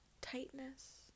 tightness